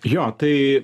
jo tai